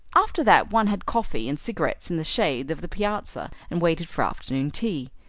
after that one had coffee and cigarettes in the shade of the piazza and waited for afternoon tea.